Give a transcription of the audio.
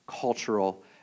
cultural